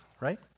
right